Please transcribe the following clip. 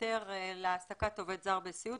שהיתר להעסקת עובד זר בסיעוד,